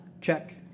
Check